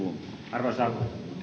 arvoisa